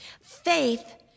Faith